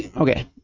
Okay